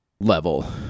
level